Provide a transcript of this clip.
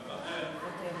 מוותר.